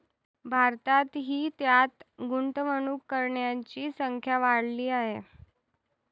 भारतातही त्यात गुंतवणूक करणाऱ्यांची संख्या वाढली आहे